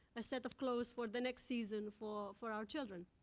a set of clothes for the next season for for our children.